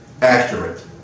accurate